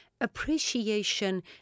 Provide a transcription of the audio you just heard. appreciation